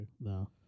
No